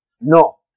no